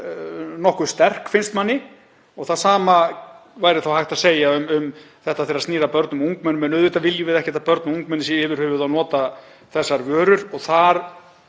nokkuð sterk, finnst manni. Það sama væri þá hægt að segja um þetta þegar snýr að börnum og ungmennum, en auðvitað viljum við ekki að börn og ungmenni séu yfir höfuð að nota þessar vörur. Þar